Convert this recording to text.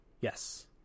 Yes